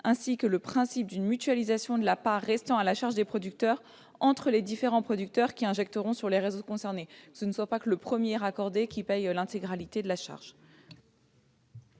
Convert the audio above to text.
ainsi que le principe d'une mutualisation de la part restant à la charge des producteurs entre les différents producteurs qui injecteront dans les réseaux concernés. Il ne faut pas que le premier raccordé supporte l'intégralité de la charge.